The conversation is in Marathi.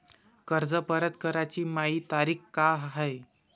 कर्ज परत कराची मायी तारीख का हाय?